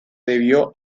debió